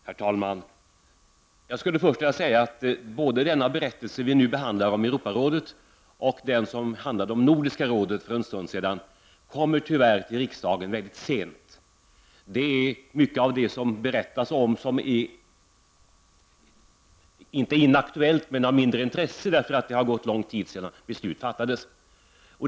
Herr talman! Jag skulle först vilja säga att både den berättelse som vi nu behandlar om Europarådet och den som rör Nordiska rådet tyvärr kommer till riksdagen mycket sent. Det som tas upp är inte inaktuellt, men väl av mindre intresse eftersom det har gått lång tid sedan beslut fattades.